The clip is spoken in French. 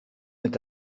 est